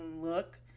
look